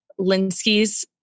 Linsky's